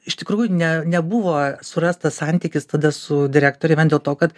iš tikrųjų ne nebuvo surastas santykis tada su direktore vien dėl to kad